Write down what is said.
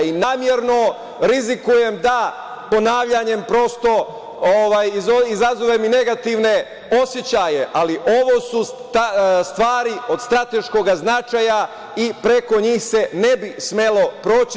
Namerno rizikujem da ponavljanjem, prosto, izazovem negativne osećaje, ali ovo su stvari od strateškog značaja i preko njih se ne bi smelo proći.